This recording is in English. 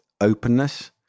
openness